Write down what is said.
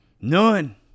None